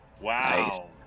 Wow